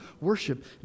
worship